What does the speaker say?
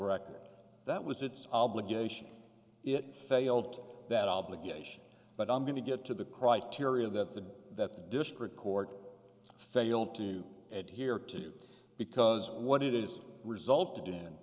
record that was its obligation it failed that obligation but i'm going to get to the criteria that the district court failed to add here too because what it is resulted in